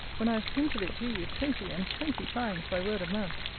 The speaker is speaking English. when i have hinted it to you twenty and twenty times by word of mouth!